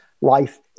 life